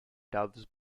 doves